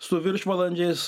su viršvalandžiais